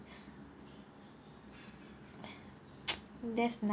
that's nice